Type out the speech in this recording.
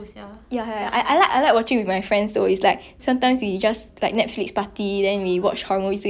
yeah it's like more fun cause you can talk about it then on like while watching then it'll make the thing funny also